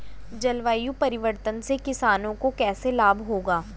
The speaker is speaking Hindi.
जलवायु परिवर्तन से किसानों को कैसे लाभ होगा?